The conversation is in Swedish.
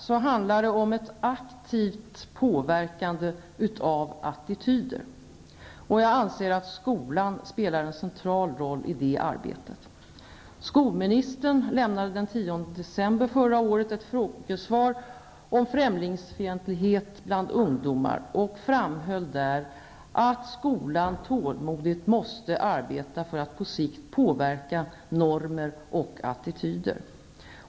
Det handlar vidare om ett aktivt påverkande av attityder. Jag anser att skolan spelar en central roll i det arbetet. Skolministern lämnade den 10 december förra året ett frågesvar om främlingsfientlighet bland ungdomar och framhöll där att skolan tålmodigt måste arbeta för att på sikt påverka normer och attityder.